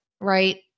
right